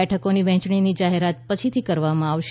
બેઠકોની વહેંચણીની જાહેરાત પછી કરવામાં આવશે